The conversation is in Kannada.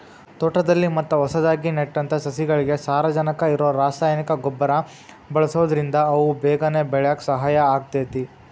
ತೋಟದಲ್ಲಿ ಮತ್ತ ಹೊಸದಾಗಿ ನೆಟ್ಟಂತ ಸಸಿಗಳಿಗೆ ಸಾರಜನಕ ಇರೋ ರಾಸಾಯನಿಕ ಗೊಬ್ಬರ ಬಳ್ಸೋದ್ರಿಂದ ಅವು ಬೇಗನೆ ಬೆಳ್ಯಾಕ ಸಹಾಯ ಆಗ್ತೇತಿ